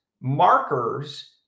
markers